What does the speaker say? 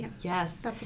Yes